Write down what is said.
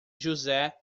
josé